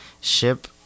ship